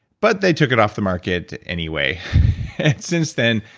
but they took it off the market anyway since then,